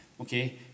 Okay